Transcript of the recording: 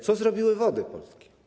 Co zrobiły Wody Polskie?